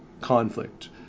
conflict